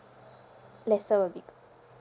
lesser will be good